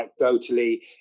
anecdotally